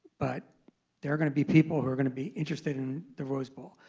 but there are going to be people who are going to be interested in the rose bowl.